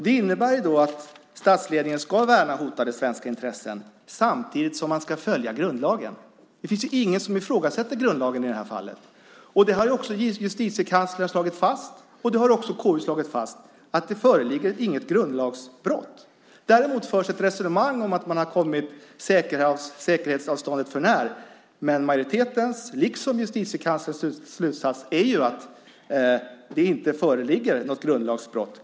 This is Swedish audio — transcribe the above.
Det innebär att statsledningen ska värna hotade svenska intressen samtidigt som man ska följa grundlagen. Det finns ju ingen som ifrågasätter grundlagen i det här fallet. Justitiekanslern och KU har också slagit fast att det inte föreligger något grundlagsbrott. Däremot förs ett resonemang om att man kommit säkerhetsavståndet förnär. Men majoritetens liksom Justitiekanslerns slutsats är att det inte föreligger något grundlagsbrott.